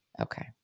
Okay